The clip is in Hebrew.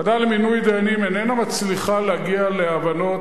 הוועדה למינוי דיינים איננה מצליחה להגיע להבנות